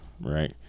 right